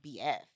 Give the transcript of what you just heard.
bf